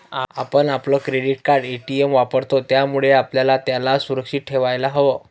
आपण आपलं credit card, ATM वापरतो, त्यामुळे आपल्याला त्याला सुरक्षित ठेवायला हव